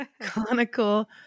conical